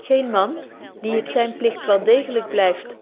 geen man die het zyn pligt wel degelyk blyft